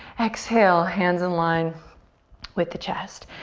exhale, hands in line with the chest.